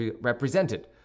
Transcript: represented